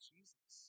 Jesus